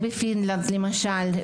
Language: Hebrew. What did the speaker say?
למשל,